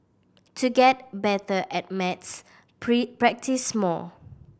to get better at maths practise more